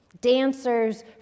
dancers